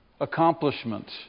Accomplishment